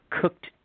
cooked